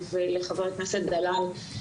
ולחבר הכנסת דלל,